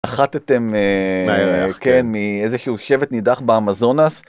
אחת אתם כן מאיזה שהוא שבט נידח באמזונס.